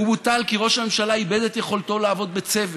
הוא בוטל כי ראש הממשלה איבד את יכולתו לעבוד בצוות,